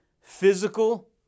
physical